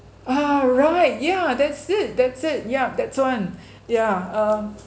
ah right yeah that's it that's it yup that's one ya um